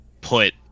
put